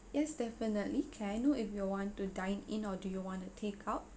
yes definitely can I know if you want to dine in or do you want to take out